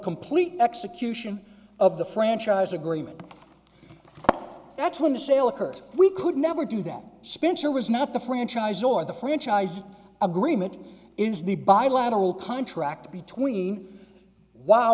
complete execution of the franchise agreement that's when the sale occurred we could never do that suspension was not the franchise or the franchise agreement is the bilateral contract between wow